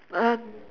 uh